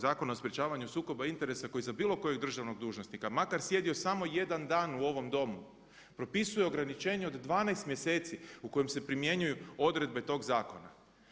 Zakona o sprječavanju sukoba interesa koji za bilo kojeg drugog državnog dužnosnika makar sjedio samo jedan dan u ovom domu propisuje ograničenje od 12 mjeseci u kojem se primjenjuju odredbe tog zakona.